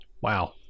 wow